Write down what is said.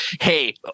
Hey